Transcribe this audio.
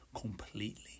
completely